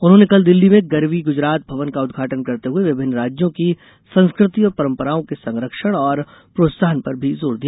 उन्होंने कल दिल्ली में गरवी गुजरात भवन का उद्घाटन करते हुए विभिन्न राज्यों की संस्कृति और परम्पराओं के संरक्षण और प्रोत्साहन पर भी जोर दिया